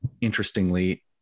interestingly